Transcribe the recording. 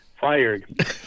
fired